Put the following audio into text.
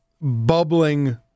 bubbling